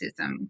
racism